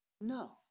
No